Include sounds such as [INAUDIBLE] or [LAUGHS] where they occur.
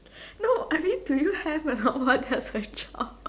no I mean do you have a not what has a job [LAUGHS]